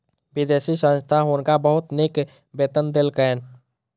विदेशी संस्था हुनका बहुत नीक वेतन देलकैन